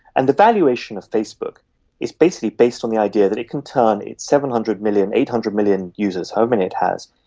and the valuation of facebook is basically based on the idea that it can turn its seven hundred million, eight hundred million users, however many it has,